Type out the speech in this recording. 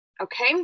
Okay